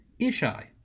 Ishai